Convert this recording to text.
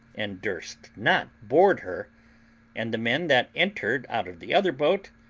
and durst not board her and the men that entered out of the other boat,